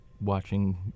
watching